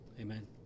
Amen